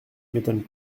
m’étonne